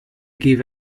give